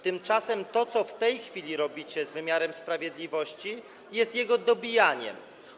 Tymczasem to, co w tej chwili robicie z wymiarem sprawiedliwości, jest jego dobijaniem.